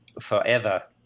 forever